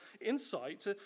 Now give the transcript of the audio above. insight